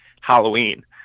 halloween